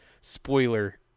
spoiler